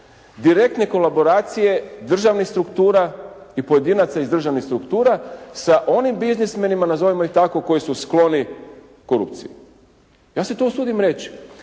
direktne kolaboracije državnih struktura i pojedinaca iz državnih struktura sa onim biznismenima, nazovimo ih tako, koji su skloni korupciji. Ja se to usudim reći.